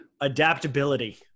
Adaptability